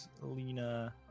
lena